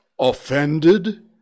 offended